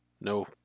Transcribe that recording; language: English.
No